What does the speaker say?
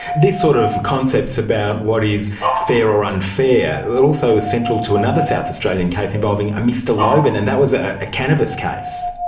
these sort of concepts about what is fair or unfair also is central to another south australian case involving a mr lobban, and that was a cannabis case.